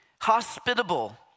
hospitable